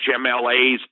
MLAs